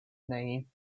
name